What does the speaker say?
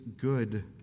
good